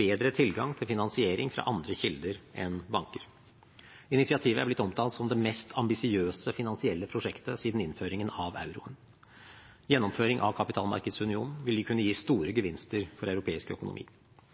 bedre tilgang til finansiering fra andre kilder enn banker. Initiativet er blitt omtalt som det mest ambisiøse finansielle prosjektet siden innføringen av euroen. Gjennomføring av kapitalmarkedsunionen vil kunne gi store gevinster for europeisk økonomi.